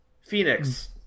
Phoenix